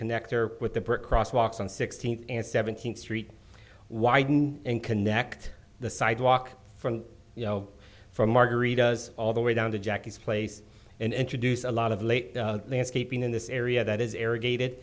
connector with the bridge cross walks on sixteenth and seventeenth street widen and connect the sidewalk from you know from margarita's all the way down to jackie's place and introduce a lot of late landscaping in this area that is arrogated